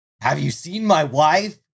have-you-seen-my-wife